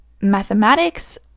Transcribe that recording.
mathematics